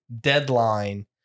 deadline